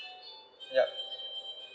yup